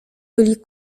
byli